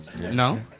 No